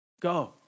Go